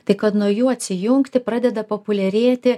tai kad nuo jų atsijungti pradeda populiarėti